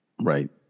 Right